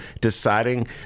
deciding